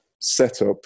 setup